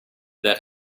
that